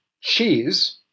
cheese